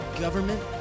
government